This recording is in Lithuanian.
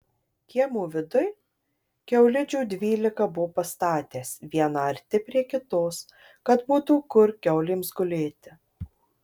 kiemo viduj kiaulidžių dvylika buvo pastatęs vieną arti prie kitos kad būtų kur kiaulėms gulėti